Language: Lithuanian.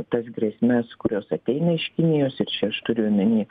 tas grėsmes kurios ateina iš kinijos ir čia aš turiu omeny